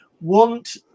want